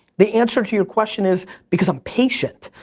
the answer to your question is, because i'm patient.